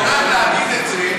אני לא אוהב להגיד את זה,